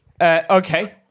Okay